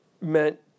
meant